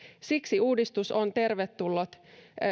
siksi uudistus on tervetullut